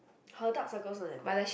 hers dark circle not that bad